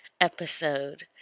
episode